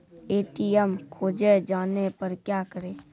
ATM खोजे जाने पर क्या करें?